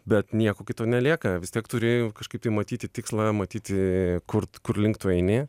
bet nieko kito nelieka vis tiek turi kažkaip tai matyti tikslą matyti kurt kur link tu eini